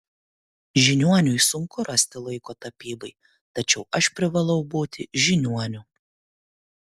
žiniuoniui sunku rasti laiko tapybai tačiau aš privalau būti žiniuoniu